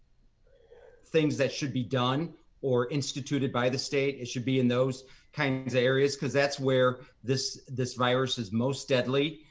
things that should be done or instituted by the state it should be in those kinds of areas because that's where this this virus is most deadly.